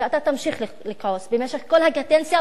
שאתה תמשיך לכעוס במשך כל הקדנציה,